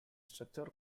structure